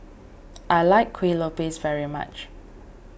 I like Kueh Lopes very much